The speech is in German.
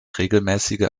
regelmäßige